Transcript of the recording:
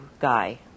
guy